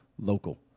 local